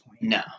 No